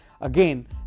again